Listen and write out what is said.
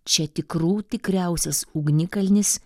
čia tikrų tikriausias ugnikalnis